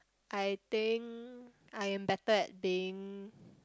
I think I am better at being